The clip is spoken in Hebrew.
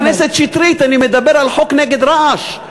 חבר הכנסת שטרית, אני מדבר על חוק נגד רעש.